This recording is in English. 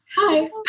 Hi